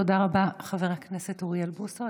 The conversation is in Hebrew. תודה רבה, חבר הכנסת אוריאל בוסו.